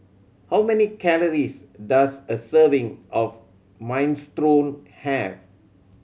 how many calories does a serving of Minestrone have